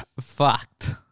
fucked